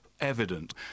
Evident